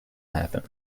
happen